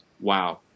wow